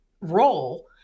role